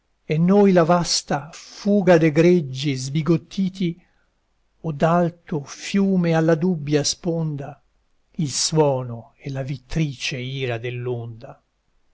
e noi la vasta fuga de greggi sbigottiti o d'alto fiume alla dubbia sponda il suono e la vittrice ira